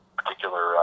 particular